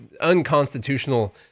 unconstitutional